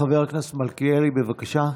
חבר הכנסת מלכיאלי, בבקשה.